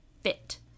fit